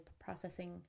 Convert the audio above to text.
processing